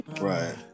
right